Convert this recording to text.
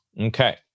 Okay